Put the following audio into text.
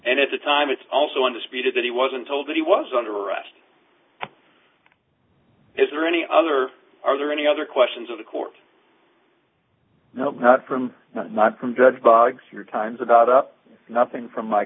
and at the time it's also undisputed that he wasn't told that he was under arrest is there any other are there any other questions of the court not from not from bed bugs three times about up nothing from my